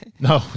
No